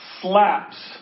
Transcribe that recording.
slaps